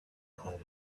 home